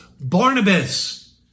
Barnabas